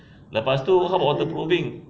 lepas tu half of the probing